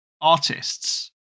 artists